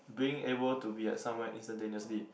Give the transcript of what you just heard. being able to be at somewhere instantaneously